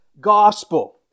gospel